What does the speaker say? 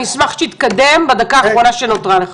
אני אשמח שתתקדם בדקה האחרונה שנותרה לך.